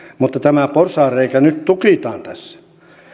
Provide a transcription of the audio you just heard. mutta tämä porsaanreikä nyt tukitaan tässä